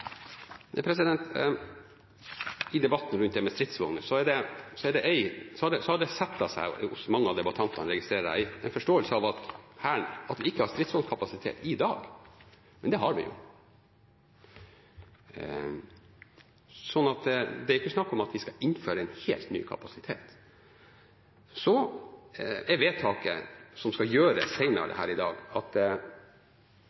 I debatten rundt stridsvogner har det satt seg hos mange av debattantene, registrerer jeg, en forståelse av at Hæren ikke har stridsvognkapasitet i dag. Men det har vi, så det er ikke snakk om at vi skal innføre en helt ny kapasitet. Vedtaket som skal gjøres